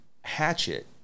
Hatchet